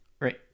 right